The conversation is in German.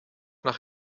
nach